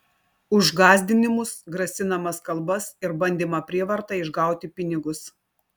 už gąsdinimus grasinamas kalbas ir bandymą prievarta išgauti pinigus